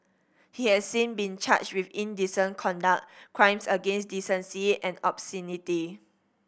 he has since been charged with indecent conduct crimes against decency and obscenity